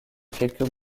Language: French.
quelques